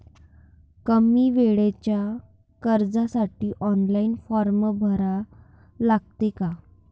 कमी वेळेच्या कर्जासाठी ऑनलाईन फारम भरा लागते का?